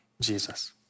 Jesus